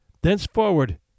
Thenceforward